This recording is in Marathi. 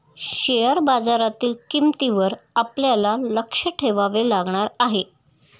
शेअर बाजारातील किंमतींवर आपल्याला लक्ष ठेवावे लागणार आहे